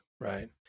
right